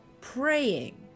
praying